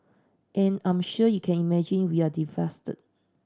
an I'm sure you can imagine we are devastated